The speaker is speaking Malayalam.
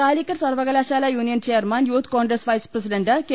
കാലിക്കറ്റ് സർവകലാശാല union chairman youth Congress vice president K